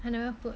I never put